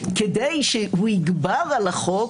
כדי שהוא יגבר על החוק,